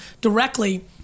directly